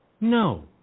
No